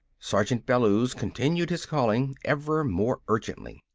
sergeant bellews continued his calling, ever more urgently.